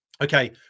Okay